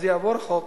אז יעבור חוק